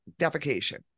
defecation